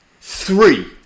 Three